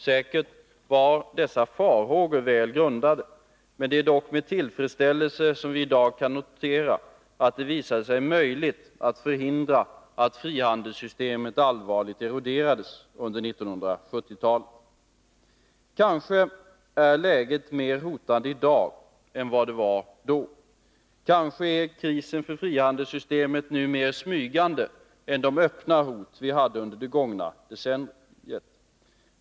Säkert var dessa farhågor väl grundade, men det är med tillfredsställelse som vi i dag kan konstatera att det visade sig möjligt att förhindra att frihandelssystemet allvarligt eroderades. Kanske är läget mer hotande i dag än vad det var då. Kanske är krisen för frihandelssystemet nu mer smygande än det öppna hot som vi hade under det gångna decenniet.